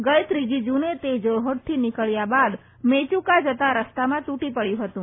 ગઇ ત્રીજી જૂને તે જારફટથી નીકબ્યા બાદ મેચુકા જતાં રસ્તામાં તૂટી પડ્યું હતું